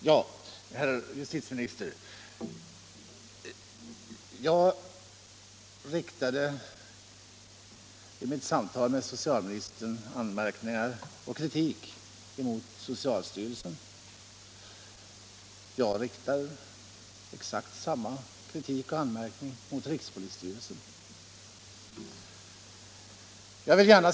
Herr talman! Jag riktade, herr justitieminster, i mitt samtal med socialministern anmärkningar och kritik mot socialstyrelsen. Jag riktar exakt samma anmärkningar och kritik mot rikspolisstyrelsen.